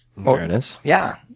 but fairness. yeah.